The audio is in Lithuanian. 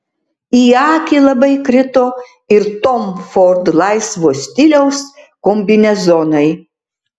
į akį labai krito ir tom ford laisvo stiliaus kombinezonai